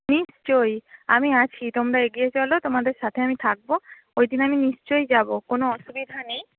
নিশ্চয়ই আমি আছি তোমরা এগিয়ে চলো তোমাদের সাথে আমি থাকবো ওইদিন আমি নিশ্চই যাবো কোনো অসুবিধা নেই